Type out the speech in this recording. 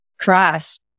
crash